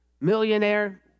millionaire